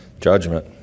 judgment